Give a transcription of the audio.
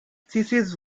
thesis